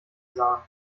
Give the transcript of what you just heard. sahen